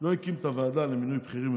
ולא הקים את הוועדה למינוי בכירים,